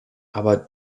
aber